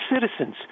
citizens